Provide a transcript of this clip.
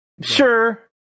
Sure